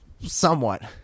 somewhat